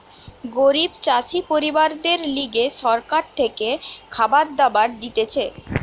গরিব চাষি পরিবারদের লিগে সরকার থেকে খাবার দাবার দিতেছে